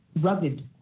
rugged